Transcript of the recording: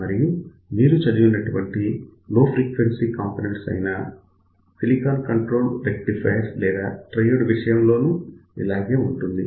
మరియు మీరు చదివినటువంటి లో ఫ్రీక్వెన్సీ కాంపోనెంట్స్ అయిన SCR సిలికాన్ కంట్రోల్డ్ రెక్టిఫైయర్ లేదా ట్రయోడ్ విషయం లోనూ ఇలాగే ఉంటుంది